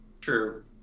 True